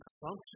function